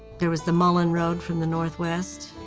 there was the mullan road from the northwest,